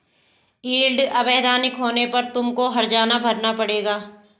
yield अवैधानिक होने पर तुमको हरजाना भरना पड़ेगा